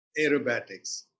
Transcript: aerobatics